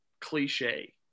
cliche